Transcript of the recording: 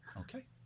Okay